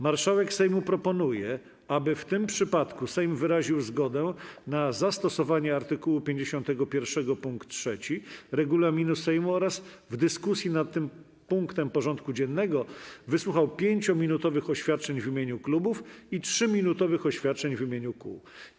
Marszałek Sejmu proponuje, aby w tym przypadku Sejm wyraził zgodę na zastosowanie art. 51 pkt 3 regulaminu Sejmu oraz w dyskusji nad tym punktem porządku dziennego wysłuchał 5-minutowych oświadczeń w imieniu klubów i 3-minutowych oświadczeń w imieniu kół.